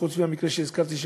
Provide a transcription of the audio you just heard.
חוץ מהמקרה שהזכרתי,